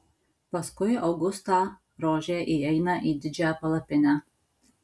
paskui augustą rožė įeina į didžiąją palapinę